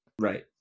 Right